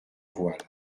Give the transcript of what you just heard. voiles